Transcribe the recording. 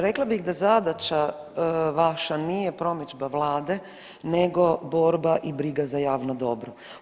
Rekla bih da zadaća vaša nije promidžba Vlade nego borba i briga za javno dobro.